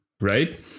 right